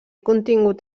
contingut